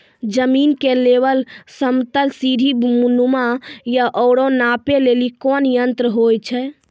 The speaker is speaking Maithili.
जमीन के लेवल समतल सीढी नुमा या औरो नापै लेली कोन यंत्र होय छै?